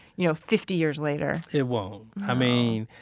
you know, fifty years later it won't. i mean,